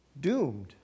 doomed